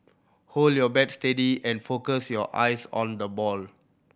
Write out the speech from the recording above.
hold your bat steady and focus your eyes on the ball